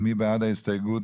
מי בעד ההסתייגות?